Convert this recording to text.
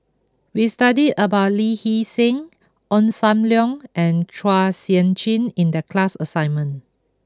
we studied about Lee Hee Seng Ong Sam Leong and Chua Sian Chin in the class assignment